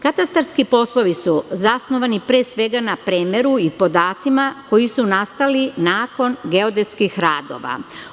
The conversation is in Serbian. Katastarski poslovi su zasnovani, pre svega, na premeru i podacima koji su nastali nakon geodetskih radova.